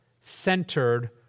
centered